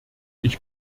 ich